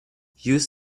use